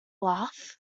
laugh